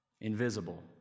invisible